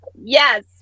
yes